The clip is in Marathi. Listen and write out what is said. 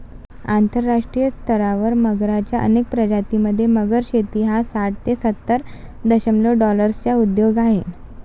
आंतरराष्ट्रीय स्तरावर मगरच्या अनेक प्रजातीं मध्ये, मगर शेती हा साठ ते सत्तर दशलक्ष डॉलर्सचा उद्योग आहे